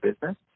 business